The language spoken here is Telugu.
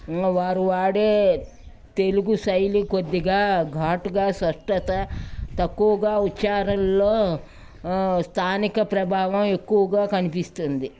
వారు వాడే తెలుగు శైలి కొద్దిగా ఘాటుగా స్పష్టత తక్కువగా ఉచ్చారణలో స్థానిక ప్రభావం ఎక్కువగా కనిపిస్తుంది